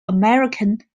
american